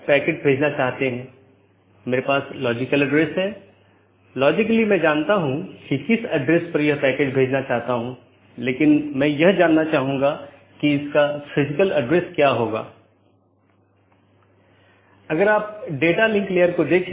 जैसे मैं कहता हूं कि मुझे वीडियो स्ट्रीमिंग का ट्रैफ़िक मिलता है या किसी विशेष प्रकार का ट्रैफ़िक मिलता है तो इसे किसी विशेष पथ के माध्यम से कॉन्फ़िगर या चैनल किया जाना चाहिए